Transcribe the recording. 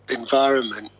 environment